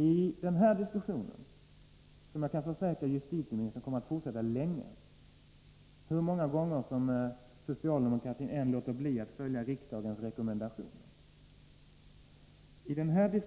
I den här diskussionen — som jag kan försäkra justitieministern kommer att fortsätta, oavsett hur många gånger socialdemokratin än låter bli att följa riksdagens rekommendationer — värnar